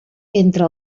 entre